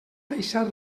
deixar